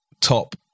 top